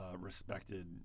respected